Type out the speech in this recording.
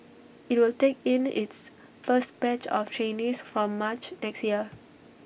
IT will take in its first batch of trainees from March next year